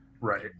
Right